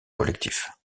collectif